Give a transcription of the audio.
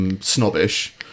Snobbish